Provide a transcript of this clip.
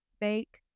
bake